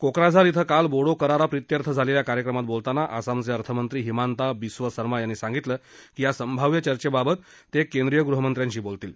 कोक्राझार क्वे काल बोडो करारा प्रित्यर्थ झालेल्या कार्यक्रमात बोलताना आसामचे अर्थमंत्री हिमांता बिस्व सर्मा यांनी सांगितलं की या संभाव्य चर्चेबाबत ते केंद्रीय गृहमंत्र्यांशी बोलतील